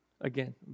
again